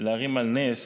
להרים על נס